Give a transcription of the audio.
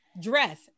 dress